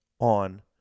on